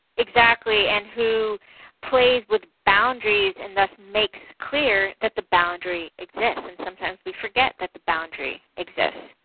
exactly, and who plays with boundaries and thus makes clear that the boundary exists. and sometimes we forget that the boundary exists.